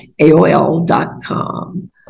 AOL.com